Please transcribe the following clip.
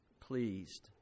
pleased